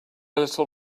little